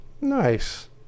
Nice